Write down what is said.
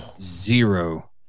zero